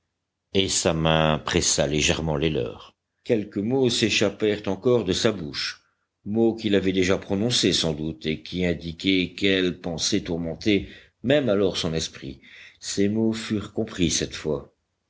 et sa main pressa légèrement les leurs quelques mots s'échappèrent encore de sa bouche mots qu'il avait déjà prononcés sans doute et qui indiquaient quelles pensées tourmentaient même alors son esprit ces mots furent compris cette fois